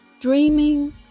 Dreaming